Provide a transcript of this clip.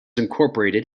incorporated